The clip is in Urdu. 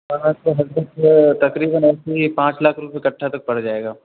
ہاں تو حضرت تقریباً ایسے ہی پانچ لاکھ روپئے کٹھا تک پر جائے گا